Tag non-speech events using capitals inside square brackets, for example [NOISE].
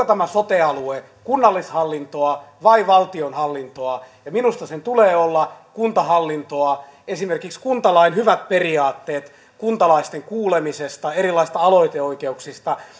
[UNINTELLIGIBLE] tämä sote alue kunnallishallintoa vai valtionhallintoa ja minusta sen tulee olla kuntahallintoa esimerkiksi kuntalain hyvät periaatteet kuntalaisten kuulemisesta erilaisista aloiteoikeuksista